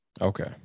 Okay